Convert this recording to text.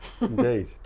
Indeed